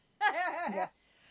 yes